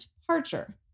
departure